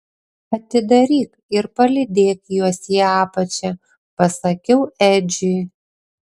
atidaryk ir palydėk juos į apačią pasakiau edžiui